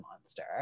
monster